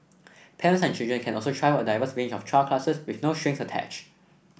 parents and children can also try out a diverse range of trial classes with no strings attach